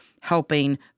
helping